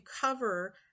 cover